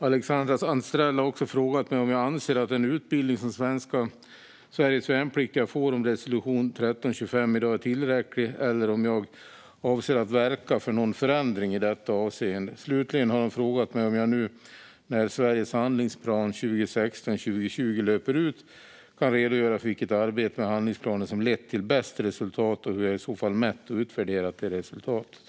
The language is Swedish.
Alexandra Anstrell har också frågat mig om jag anser att den utbildning som Sveriges värnpliktiga får om resolution 1325 i dag är tillräcklig eller om jag avser att verka för någon förändring i detta avseende. Slutligen har hon frågat mig om jag, nu när Sveriges handlingsplan 2016-2020 löper ut, kan redogöra för vilket arbete med handlingsplanen som har lett till bäst resultat och hur jag i så fall mätt och utvärderat det resultatet.